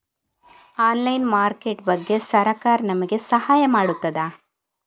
Online market ಬಗ್ಗೆ ಸರಕಾರ ನಮಗೆ ಸಹಾಯ ಮಾಡುತ್ತದೆ?